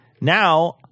Now